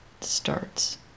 starts